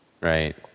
Right